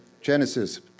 Genesis